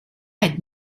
had